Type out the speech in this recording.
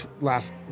last